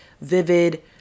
vivid